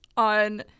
on